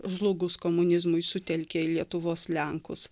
žlugus komunizmui sutelkė į lietuvos lenkus